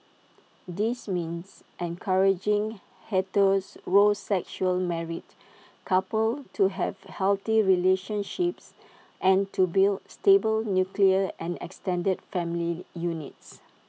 this means encouraging heterosexual married couples to have healthy relationships and to build stable nuclear and extended family units